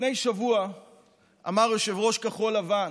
לפני שבוע אמר יושב-ראש כחול לבן,